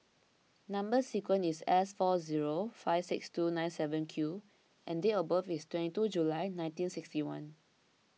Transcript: Number Sequence is S four zero five six two nine seven Q and date of birth is twenty two July nineteen sixty one